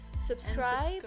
subscribe